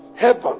Heaven